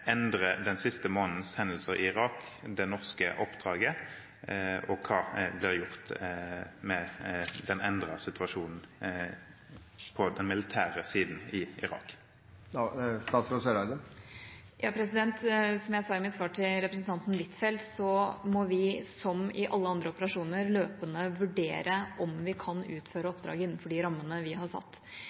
den siste månedens hendelser i Irak det norske oppdraget, og hva blir gjort med den endrede situasjonen på den militære siden i Irak? Som jeg sa i mitt svar til representanten Huitfeldt, må vi – som i alle andre operasjoner – løpende vurdere om vi kan utføre oppdraget innenfor de rammene vi har satt.